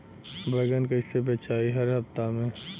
बैगन कईसे बेचाई हर हफ्ता में?